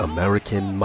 American